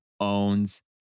owns